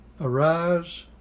Arise